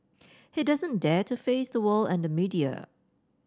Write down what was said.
he doesn't dare to face the world and the media